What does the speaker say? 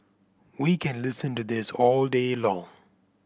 we can listen to this all day long